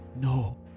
No